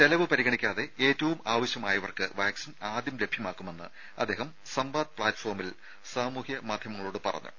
ചെലവ് പരിഗണിക്കാതെ ഏറ്റവും ആവശ്യമായവർക്ക് വാക്സിൻ ആദ്യം ലഭ്യമാക്കുമെന്ന് അദ്ദേഹം സംവാദ് പ്ലാറ്റ്ഫോമിൽ സാമൂഹ്യ മാധ്യമങ്ങളോട് പറഞ്ഞു